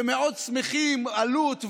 ומאוד שמחים אלו"ט,